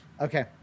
Okay